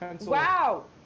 Wow